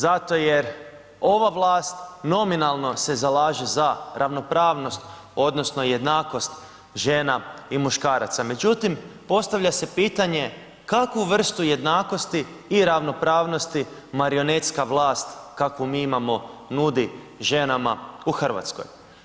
Zato jer ova vlast nominalno se zalaže za ravnopravnost, odnosno jednakost žena i muškaraca, međutim, postavlja se pitanje, kakvu vrstu jednakosti i ravnopravnosti marionetska vlast, kakvu mi imamo nudi ženama u Hrvatskoj?